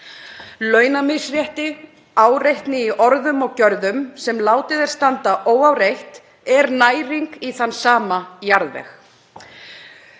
Launamisrétti og áreitni í orðum og gjörðum sem látið er standa óáreitt er næring í þann sama jarðveg.